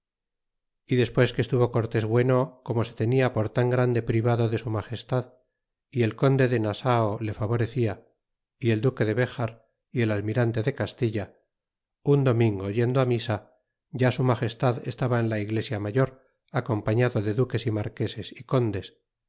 y despues que estuvo cortésbueno como se tenia por tan grande privado de su magestad y el conde de nasao le favorecia y el duque de bojar y el almirante de castilla un domingo yendo misa ya su magestad estaba en la iglesia mayor acompañado de duques y marqueses y condes